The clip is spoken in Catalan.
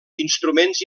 instruments